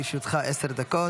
בבקשה, לרשותך עשר דקות.